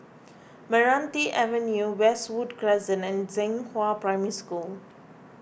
Meranti Avenue Westwood Crescent and Zhenghua Primary School